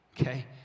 Okay